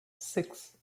six